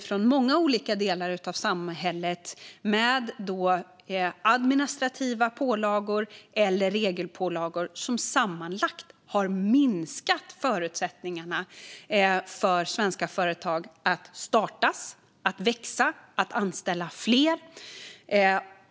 Från många olika delar av samhället har det kommit administrativa pålagor och regelpålagor som sammanlagt har minskat förutsättningarna för svenska företag att starta, växa och anställa fler.